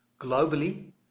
Globally